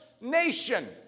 nation